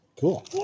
Cool